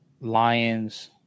Lions